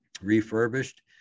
refurbished